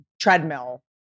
treadmill